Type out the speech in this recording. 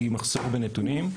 היא מחסור בנתונים.